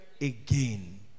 again